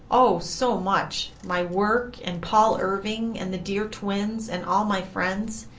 oh, so much. my work, and paul irving, and the dear twins, and all my friends.